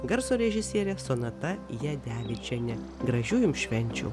garso režisierė sonata jadevičienė gražių jums švenčių